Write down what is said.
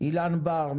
אילן בר,